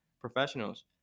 professionals